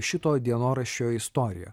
šito dienoraščio istoriją